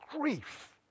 grief